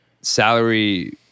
salary